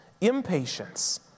impatience